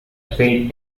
fate